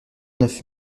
neuf